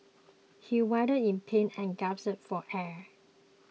he writhed in pain and gasped for air